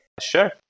Sure